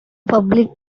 public